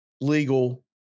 legal